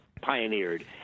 pioneered